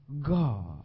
God